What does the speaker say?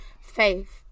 Faith